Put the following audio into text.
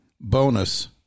bonus